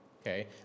okay